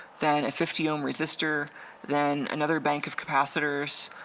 then a fifty ohm resistor then another bank of capacitors,